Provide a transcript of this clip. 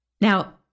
Now